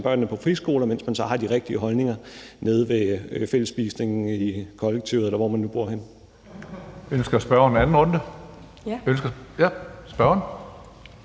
børnene på friskoler, mens man så har de rigtige holdninger nede ved fællesspisningen i kollektivet, eller hvor man nu bor henne. Kl. 15:41 Tredje næstformand (Karsten